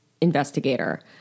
investigator